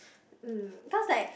mm cause like